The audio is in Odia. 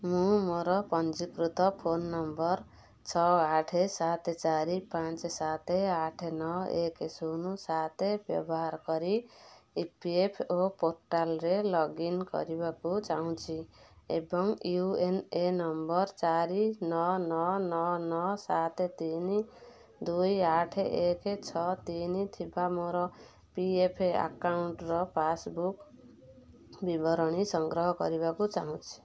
ମୁଁ ମୋର ପଞ୍ଜିକୃତ ଫୋନ୍ ନମ୍ବର୍ ଛଅ ଆଠେ ସାତେ ଚାରି ପାଞ୍ଚେ ସାତେ ଆଠେ ନଅ ଏକେ ଶୂନ ସାତେ ବ୍ୟବହାର କରି ଇ ପି ଏଫ୍ ଓ ପୋର୍ଟାଲ୍ରେ ଲଗ୍ଇନ୍ କରିବାକୁ ଚାହୁଁଛି ଏବଂ ୟୁ ଏନ୍ ଏ ନମ୍ବର୍ ଚାରି ନଅ ନଅ ନଅ ନଅ ସାତେ ତିନି ଦୁଇ ଆଠେ ଏକେ ଛଅ ତିନି ଥିବା ମୋର ପି ଏଫ୍ ଆକାଉଣ୍ଟ୍ର ପାସ୍ବୁକ୍ ବିବରଣୀ ସଂଗ୍ରହ କରିବାକୁ ଚାହୁଁଛି